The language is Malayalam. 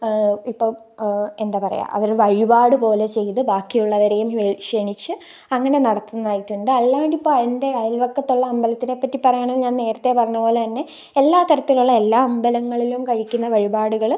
ഇപ്പോള് എന്താണു പറയുക അവര് വഴിപാട് പോലെ ചെയ്ത് ബാക്കിയുള്ളവരേയും ഇവര് ക്ഷണിച്ച് അങ്ങനെ നടത്തുന്നതായിട്ടുണ്ട് അല്ലാണ്ടിപ്പോള് എൻ്റെ അയൽപക്കത്തുള്ള അമ്പലത്തിനെപ്പറ്റി പറയാണെങ്കില് ഞാന് നേരത്തെ പറഞ്ഞതു പോലെതന്നെ എല്ലാ തരത്തിലുള്ള എല്ലാ അമ്പലങ്ങളിലും കഴിക്കുന്ന വഴിപാടുകള്